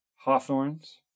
hawthorns